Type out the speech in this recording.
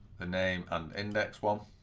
the name and index one